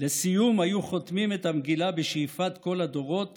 לסיום, היו חותמים את המגילה בשאיפת כל הדורות